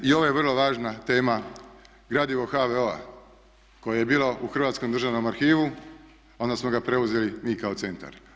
I ovo je vrlo važna tema, gradivo HVO-a koje je bilo u Hrvatskom državnom arhivu, onda smo ga preuzeli mi kao centar.